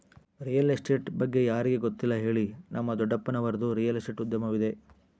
real estate ಬಗ್ಗೆ ಯಾರಿಗೆ ಗೊತ್ತಿಲ್ಲ ಹೇಳಿ, ನಮ್ಮ ದೊಡ್ಡಪ್ಪನವರದ್ದು ರಿಯಲ್ ಎಸ್ಟೇಟ್ ಉದ್ಯಮವಿದೆ